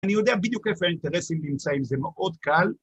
‫אני יודע בדיוק איפה ‫האינטרסים נמצאים זה מאוד קל.